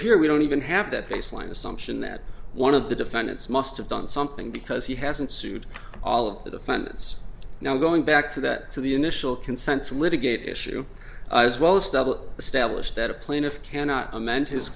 here we don't even have that baseline assumption that one of the defendants must have done something because he hasn't sued all of the defendants now going back to that to the initial consents litigate issue as well as double establish that a plaintiff cannot amend his